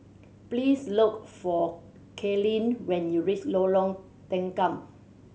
please look for Kaylene when you reach Lorong Tanggam